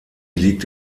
liegt